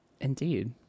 Indeed